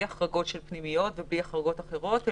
החרגות של פנימיות ובלי החרגות אחרות,